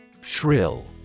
Shrill